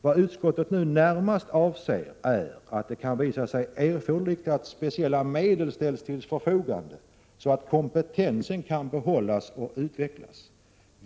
Vad utskottet nu närmast avser är att det kan visa sig erforderligt att speciella medel ställs till förfogande så att kompetensen kan behållas och utvecklas.